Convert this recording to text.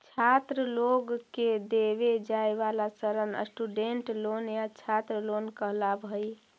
छात्र लोग के देवे जाए वाला ऋण स्टूडेंट लोन या छात्र लोन कहलावऽ हई